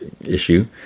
issue